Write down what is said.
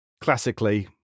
classically